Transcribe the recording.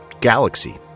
Galaxy